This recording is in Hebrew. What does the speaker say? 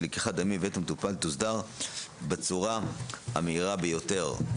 לקיחת דמים מבית המטופל תוסדר בצורה המהירה ביותר.